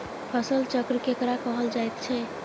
फसल चक्र केकरा कहल जायत छै?